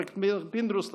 חבר הכנסת פינדרוס,